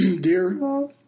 Dear